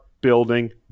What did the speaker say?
building